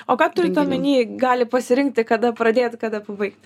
o ką turit omeny gali pasirinkti kada pradėt kada pabaigt